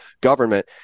government